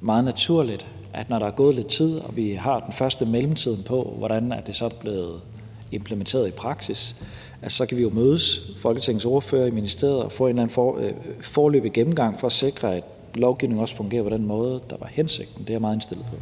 meget naturligt, at når der er gået lidt tid og vi har den første mellemtid på, hvordan det er blevet implementeret i praksis, så kan vi mødes med Folketingets ordførere i ministeriet og få en foreløbig gennemgang for at sikre, at lovgivningen fungerer på den måde, der var hensigten. Det er jeg meget indstillet på.